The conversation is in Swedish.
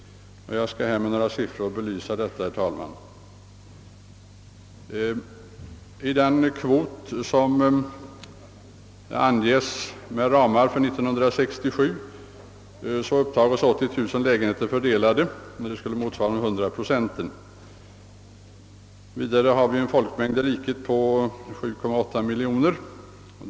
Jag skall belysa detta med några siffror. I den kvot som anges med ramar för 1967 fördelas 80000 lägenheter. Folkmängden i riket är 7,8 miljoner.